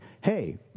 hey